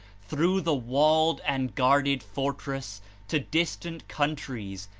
through the walled and guarded fortress to distant countries,